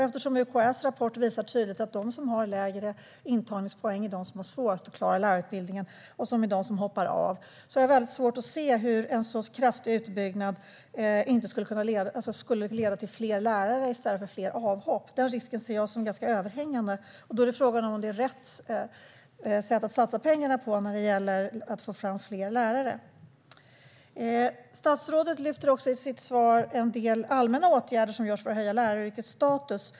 Eftersom UKÄ:s rapport tydligt visar att det är de med lägre intagningspoäng som har svårast att klara lärarutbildningen och som hoppar av har jag svårt att se att en kraftig utbyggnad skulle leda till fler lärare i stället för fler avhopp. Den risken ser jag som ganska överhängande, och då är frågan om det är rätt att satsa pengarna på detta för att få fram fler lärare. Statsrådet lyfte i sitt interpellationssvar fram en del allmänna åtgärder som vidtas för att höja läraryrkets status.